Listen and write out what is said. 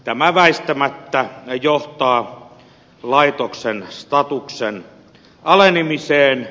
tämä väistämättä johtaa laitoksen statuksen alenemiseen